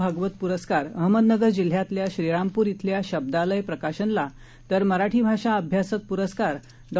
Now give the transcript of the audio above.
भागवत पूरस्कार अहमदनगर जिल्ह्यातल्या श्रीरामपूर श्विल्या शब्दालय प्रकाशनला तर मराठी भाषा अभ्यासक प्रस्कार डॉ